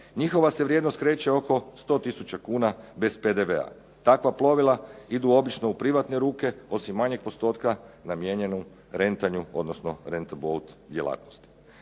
Njihova se vrijednost kreće oko 100 tisuća kuna bez PDV-a. Takva plovila idu obično u privatne ruke osim manjeg postotka namijenjenog rentanju odnosno rent a bouth djelatnosti.